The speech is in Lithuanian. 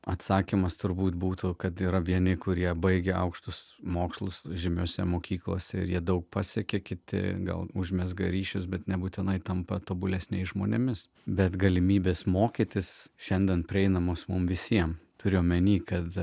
atsakymas turbūt būtų kad yra vieni kurie baigę aukštus mokslus žymiuose mokyklos ir jie daug pasekė kiti gal užmezga ryšius bet nebūtinai tampa tobulesni žmonėmis bet galimybės mokytis šiandien prieinamos mums visiems turiu omeny kad